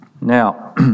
Now